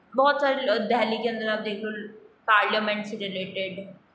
बहुत सारे देहली के अंदर आप देख लो पार्लियामेंट से रिलेटेड